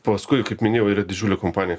paskui kaip minėjau yra didžiulė kompanija katra